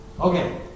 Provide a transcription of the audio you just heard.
Okay